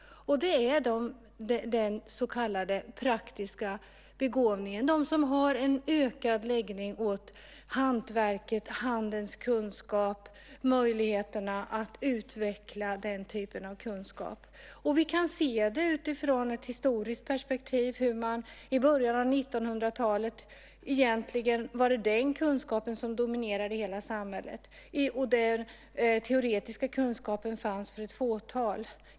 Det är den så kallade praktiska begåvningen, nämligen de som har en större läggning åt hantverket, åt handens kunskap, de med möjligheter till den typen av kunskap. Utifrån ett historiskt perspektiv kan vi se att den kunskapen i början av 1900-talet var den som dominerade hela samhället och att den teoretiska kunskapen endast fanns för ett fåtal.